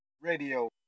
Radio